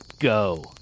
go